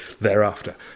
thereafter